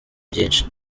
byinshi